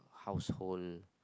household